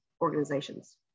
organizations